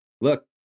look